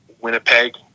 Winnipeg